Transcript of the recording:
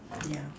yeah